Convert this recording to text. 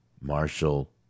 Marshall